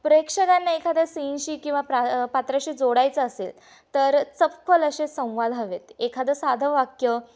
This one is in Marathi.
प्रेक्षकांना एखाद्या सीनशी किंवा प्रा पात्राशी जोडायचं असेल तर चपखल असे संवाद हवेत एखादं साधं वाक्य